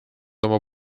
oma